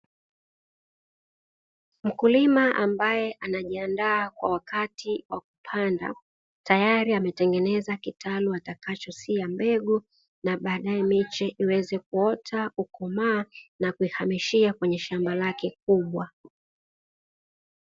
Mkulima ambaye anajiandaa kwa wakati wa kupanda, tayari amatengeneza kitalu atakachosia mbegu na baadae miche iweze kuota, kukomaa na kuihamishia kwenye shamba lake kubwa.